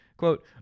Quote